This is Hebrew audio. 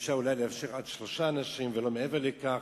אולי אפשר לאפשר עד שלושה אנשים ולא מעבר לכך.